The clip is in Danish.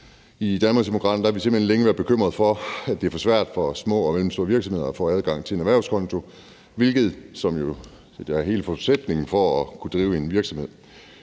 I Danmarksdemokraterne har vi simpelt hen længe været bekymrede over, at det er for svært for små og mellemstore virksomheder at få adgang til en erhvervskonto, hvilket jo er hele forudsætningen for at kunne drive en virksomhed.